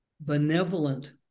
benevolent